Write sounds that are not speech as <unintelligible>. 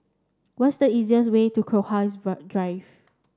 what's the easiest way to Crowhurst <unintelligible> Drive